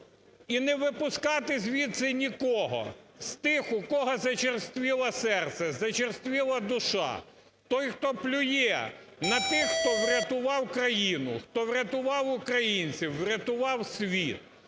і не випускати звідси нікого з тих, у кого зачерствіло серце, зачерствіла душа, той, хто плює на тих, хто врятував країну, хто врятував українців, врятував світ.